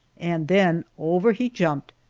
and then over he jumped,